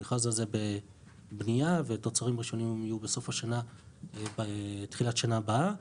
המכרז הזה בבנייה והתוצרים ראשוניים יהיו בסוף השנה ובתחילת השנה הבאה.